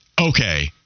Okay